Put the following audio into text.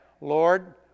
Lord